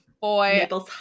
boy